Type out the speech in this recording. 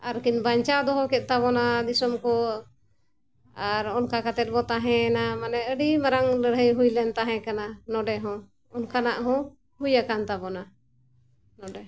ᱟᱨ ᱠᱤᱱ ᱵᱟᱧᱪᱟᱣ ᱫᱚᱦᱚ ᱠᱮᱫ ᱛᱟᱵᱚᱱᱟ ᱫᱤᱥᱚᱢ ᱠᱚ ᱟᱨ ᱚᱱᱠᱟ ᱠᱟᱛᱮᱫ ᱵᱚ ᱛᱟᱦᱮᱭᱮᱱᱟ ᱢᱟᱱᱮ ᱟᱹᱰᱤ ᱢᱟᱨᱟᱝ ᱞᱟᱹᱲᱦᱟᱹᱭ ᱦᱩᱭ ᱞᱮᱱ ᱛᱟᱦᱮᱸ ᱠᱟᱱᱟ ᱱᱚᱰᱮ ᱦᱚᱸ ᱚᱱᱠᱟᱱᱟᱜ ᱦᱚᱸ ᱦᱩᱭ ᱟᱠᱟᱱ ᱛᱟᱵᱚᱱᱟ ᱱᱚᱰᱮ